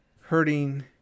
hurting